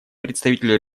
представитель